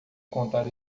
contar